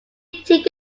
take